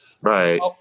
Right